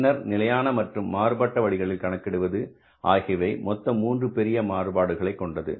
பின்னர் நிலையான மற்றும் மாறுபட்ட வழிகளில் கணக்கிடுவது ஆகியவை மொத்தம் 3 பெரிய மாறுபாடுகளை கொண்டது